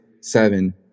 seven